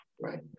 right